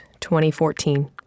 2014